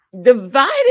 Divided